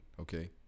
okay